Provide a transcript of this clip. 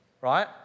Right